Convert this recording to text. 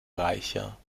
reicher